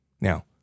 Now